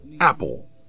Apple